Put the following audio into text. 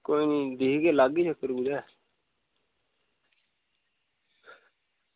कोई नी दिक्खगे लागे चक्कर कुतै